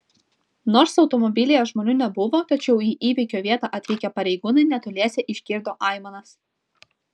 nors automobilyje žmonių nebuvo tačiau į įvykio vietą atvykę pareigūnai netoliese išgirdo aimanas